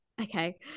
Okay